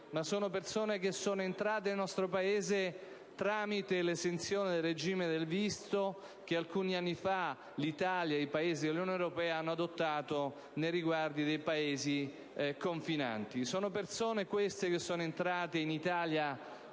di persone entrate nel nostro Paese tramite l'esenzione del regime del visto che alcuni anni fa l'Italia e gli Stati dell'Unione europea hanno adottato nei riguardi dei Paesi confinanti: dunque, tali persone sono entrate in Italia